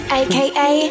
aka